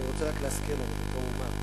אני רוצה רק להזכיר לנו בתור אומה,